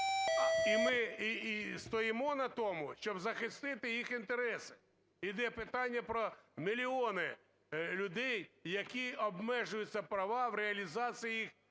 І ми і стоїмо на тому, щоб захистити їх інтереси. Йде питання про мільйони людей, які обмежуються в правах реалізації їх